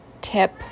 tip